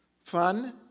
fun